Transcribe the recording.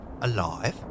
alive